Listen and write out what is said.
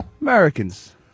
Americans